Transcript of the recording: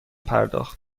پرداخت